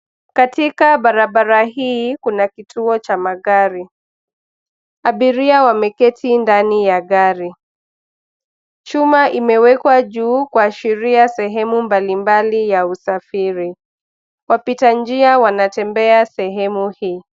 Katika barabara hii kuna kituo cha magari. Abiria wameketi ndani ya gari. Chuma imewekwa juu kuashiria sehemu mbalimbali ya usafiri. Wapita njia wanatembea sehemu hii.